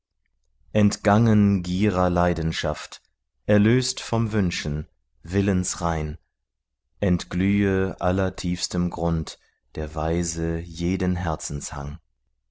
entgangen gierer leidenschaft erlöst vom wünschen willensrein entglühe allertiefstem grund der weise jeden